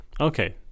okay